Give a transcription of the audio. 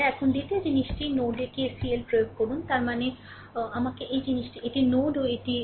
এখন দ্বিতীয় জিনিসটি নোডে KCL প্রয়োগ করুন তার মানে আমাকে এই জিনিসটি এটি নোড ও এটি ও